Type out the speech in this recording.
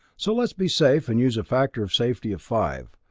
so let's be safe and use a factor of safety of five.